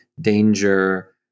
danger